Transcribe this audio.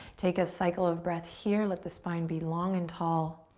take a cycle of breath here. let the spine be long and tall.